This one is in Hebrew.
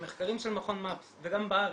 המחקרים של מכון MAPS, וגם בארץ,